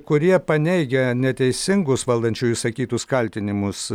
kurie paneigia neteisingus valdančiųjų išsakytus kaltinimus